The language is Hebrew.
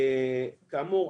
כאמור,